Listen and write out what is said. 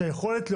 כשהיכולת להוציא,